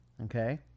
Okay